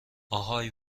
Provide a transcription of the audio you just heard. اهای